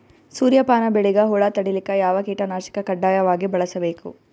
ಸೂರ್ಯಪಾನ ಬೆಳಿಗ ಹುಳ ತಡಿಲಿಕ ಯಾವ ಕೀಟನಾಶಕ ಕಡ್ಡಾಯವಾಗಿ ಬಳಸಬೇಕು?